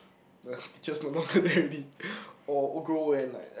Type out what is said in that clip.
the teachers no longer there already or or grow old and like